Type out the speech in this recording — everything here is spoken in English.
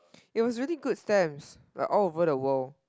it was really good stamps like all over the world